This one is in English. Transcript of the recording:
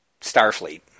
Starfleet